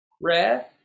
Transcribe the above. rare